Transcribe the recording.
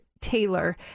taylor